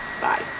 Bye